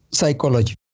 Psychology